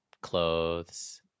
clothes